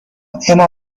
اما